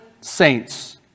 saints